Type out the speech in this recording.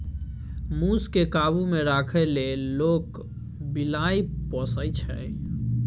मुस केँ काबु मे राखै लेल लोक बिलाइ पोसय छै